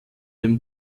dem